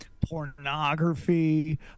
pornography